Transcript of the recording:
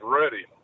ready